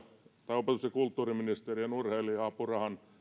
opetus ja kulttuuriministeriön urheilija apurahan